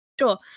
sure